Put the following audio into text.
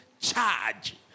charge